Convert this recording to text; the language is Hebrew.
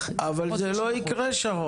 אבל זה לא יקרה שרון.